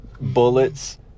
bullets